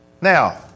Now